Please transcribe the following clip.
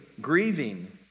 grieving